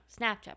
Snapchat